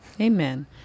amen